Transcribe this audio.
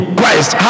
Christ